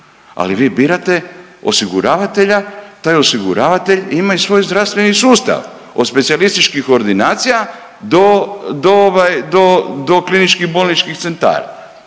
ali vi birate osiguravatelja, taj osiguravatelj ima i svoj zdravstveni sustav od specijalističkih ordinacija do, do ovaj, do kliničkih bolničkih centara